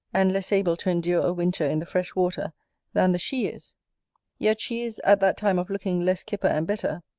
and less able to endure a winter in the fresh water than the she is yet she is, at that time of looking less kipper and better,